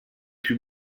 più